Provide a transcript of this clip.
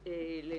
לנשים.